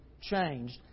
changed